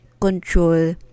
control